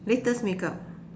latest makeup